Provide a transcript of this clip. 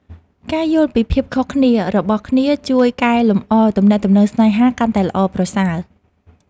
ការយល់ពីភាពខុសគ្នារបស់គ្នាជួយកែលម្អទំនាក់ទំនងស្នេហាកាន់តែល្អប្រសើរ។